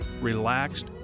relaxed